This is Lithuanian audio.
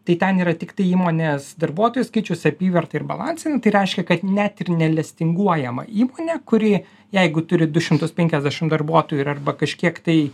tai ten yra tiktai įmonės darbuotojų skaičius apyvarta ir balansin tai reiškia kad net ir nelistinguojama įmonė kuri jeigu turi du šimtus penkiasdešim darbuotojų ir arba kažkiek tai